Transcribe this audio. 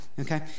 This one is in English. okay